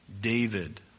David